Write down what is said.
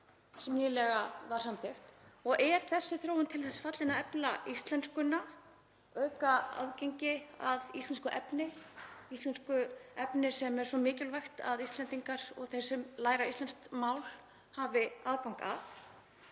sem nýlega var samþykkt og er þessi þróun til þess fallin að efla íslenskuna og auka aðgengi að íslensku efni sem er svo mikilvægt að Íslendingar og þeir sem læra íslenskt mál hafi aðgang að?